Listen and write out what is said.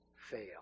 fail